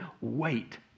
wait